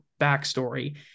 backstory